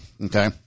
okay